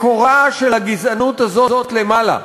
מקורה של הגזענות הזאת למעלה.